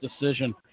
decision